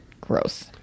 Gross